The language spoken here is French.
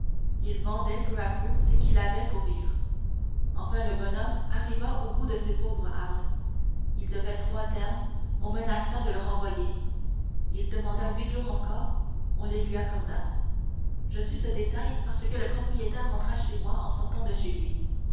il vendait peu à peu ce qu'il avait pour vivre enfin le bonhomme arriva au bout de ses pauvres hardes il devait trois termes on menaça de le renvoyer il demanda huit jours encore on les lui accorda je sus ce détail parce que le propriétaire entra chez moi en sortant de chez lui